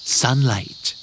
sunlight